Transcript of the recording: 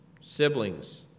siblings